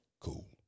Cool